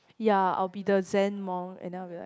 ya I will be the Zen monk and then I will be like